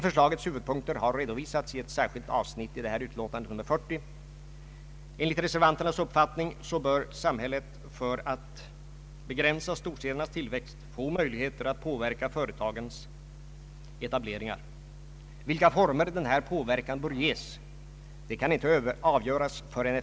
Förslagen innebure — inklusive det transportstöd som chefen för kommunikationsdepartementet förordat — en regionalpolitisk satsning på 1200 miljoner kronor för en treårsperiod.